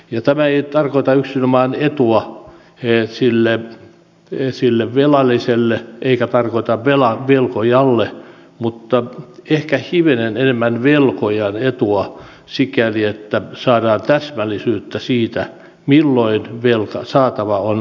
ja tämä ei tarkoita yksinomaan etua sille velalliselle eikä tarkoita velkojalle mutta ehkä hivenen enemmän velkojan etua sikäli että saadaan täsmällisyyttä siihen milloin velkasaatava on vanhentunut